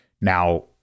now